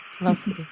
lovely